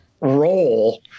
role